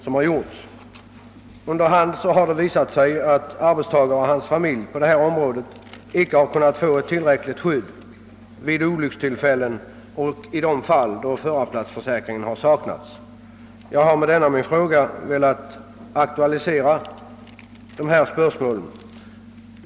Det har under hand visat sig att arbetstagaren och hans familj inte har kunnat få ett tillräckligt skydd vid inträffade olyckor i de fall då förarplatsförsäkring saknats, och jag har med min fråga velat aktualisera bristerna härav.